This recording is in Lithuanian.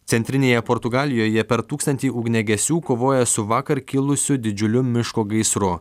centrinėje portugalijoje per tūkstantį ugniagesių kovoja su vakar kilusiu didžiuliu miško gaisru